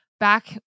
Back